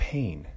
Pain